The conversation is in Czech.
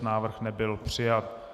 Návrh nebyl přijat.